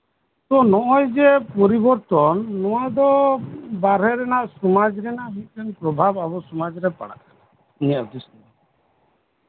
ᱱᱚᱜ ᱚᱭ ᱯᱚᱨᱤᱵᱚᱨᱛᱚᱱ ᱱᱚᱣᱟ ᱫᱚ ᱵᱟᱦᱨᱮ ᱨᱮᱱᱟᱜ ᱥᱚᱢᱟᱡ ᱨᱮᱱᱟᱜ ᱢᱤᱫᱴᱮᱱ ᱯᱨᱚᱵᱷᱟᱵ ᱟᱵᱚ ᱥᱚᱢᱟᱡ ᱨᱮ ᱯᱟᱲᱟᱜ ᱠᱟᱱᱟ